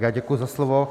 Já děkuji za slovo.